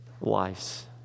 lives